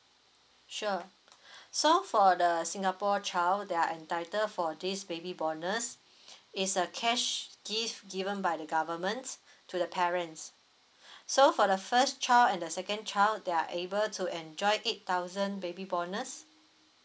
sure so for the singapore child they are entitled for this baby bonus it's a cash gift given by the government to the parents so for the first child and the second child they are able to enjoy eight thousand baby bonus